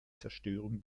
zerstörung